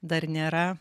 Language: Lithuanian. dar nėra